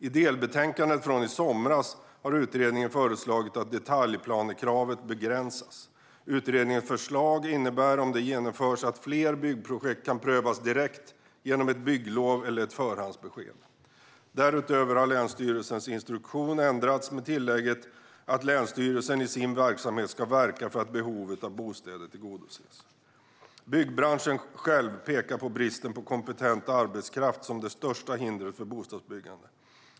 I delbetänkandet från i somras har utredningen föreslagit att detaljplanekravet begränsas. Utredningens förslag innebär, om det genomförs, att fler byggprojekt kan prövas direkt genom ett bygglov eller ett förhandsbesked. Därutöver har länsstyrelsens instruktion ändrats med tillägget att länsstyrelsen i sin verksamhet ska verka för att behovet av bostäder tillgodoses. Byggbranschen själv pekar på bristen på kompetent arbetskraft som det största hindret för bostadsbyggande.